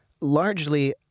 largely